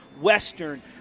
Western